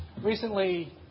Recently